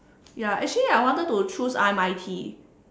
ya actually I wanted to choose R_M_I_T